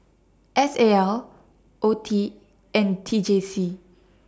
S A L OETI and T J C